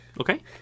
Okay